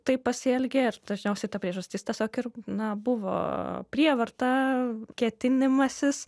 taip pasielgė ir dažniausiai ta priežastis tiesiog ir na buvo prievarta kėtinimasis